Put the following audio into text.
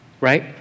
Right